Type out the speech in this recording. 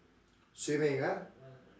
swimming ah